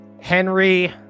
Henry